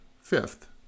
fifth